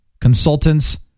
consultants